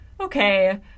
okay